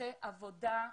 ועושה עבודה,